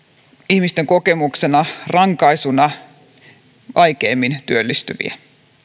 ihmisten kokemuksena rankaisuna vaikeimmin työllistyviä